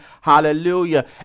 hallelujah